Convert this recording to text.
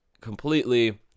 completely